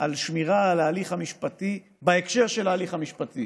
על שמירה על ההליך המשפטי בהקשר של ההליך המשפטי.